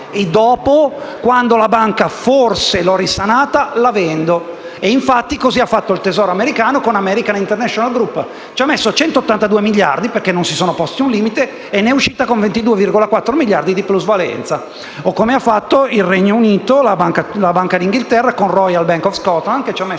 e dopo, quando la banca forse l'ho risanata, la vendo. Così ha fatto il Tesoro americano con l'American international group: ha messo 182 miliardi (non si sono infatti posti un limite) e ne è uscito con 22,4 miliardi di plusvalenza. Così ha fatto nel Regno Unito anche la Banca d'Inghilterra con la Royal Bank of Scotland: ha messo